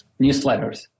newsletters